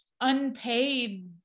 unpaid